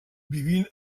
vivint